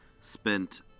spent